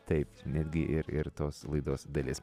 taip netgi ir ir tos laidos dalis